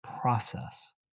process